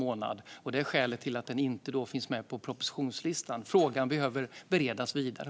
Detta är skälet till att det inte finns med på propositionslistan. Frågan behöver beredas vidare.